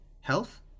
Health